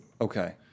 Okay